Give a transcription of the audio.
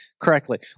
correctly